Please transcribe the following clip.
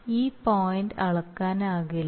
ഈ പോയിന്റ് അളക്കാനാകില്ല